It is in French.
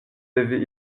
avez